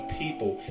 people